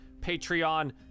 Patreon